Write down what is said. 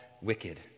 wicked